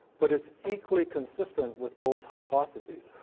but it's equally consistent with both hypotheses.